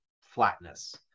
flatness